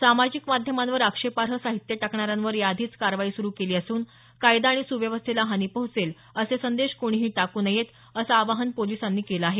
सामाजिक माध्यमांवर आक्षेपार्ह साहित्य टाकणाऱ्यांवर याआधीच कारवाई सुरू केली असून कायदा आणि सुव्यवस्थेला हानी पोहोचेल असे संदेश कोणीही टाकू नयेत असं आवाहन पोलिसांनी केलं आहे